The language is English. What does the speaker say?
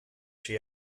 she